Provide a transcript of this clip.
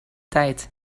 tijd